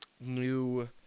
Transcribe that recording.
new